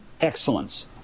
excellence